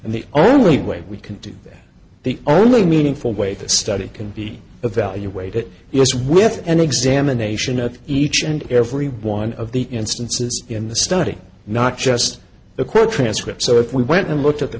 and the only way we can do that the only meaningful way this study can be evaluated yes we have an examination of each and every one of the instances in the study not just the quote transcripts so if we went and looked at the